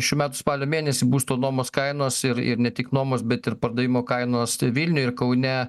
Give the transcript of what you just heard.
šių metų spalio mėnesį būsto nuomos kainos ir ir ne tik nuomos bet ir pardavimo kainos vilniuj ir kaune